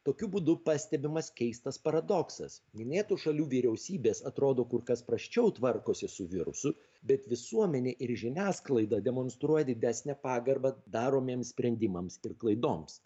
tokiu būdu pastebimas keistas paradoksas minėtų šalių vyriausybės atrodo kur kas prasčiau tvarkosi su virusu bet visuomenė ir žiniasklaida demonstruoja didesnę pagarbą daromiems sprendimams ir klaidoms